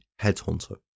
headhunter